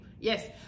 yes